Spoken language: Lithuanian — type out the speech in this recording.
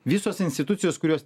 visos institucijos kurios